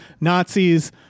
Nazis